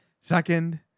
Second